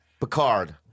Picard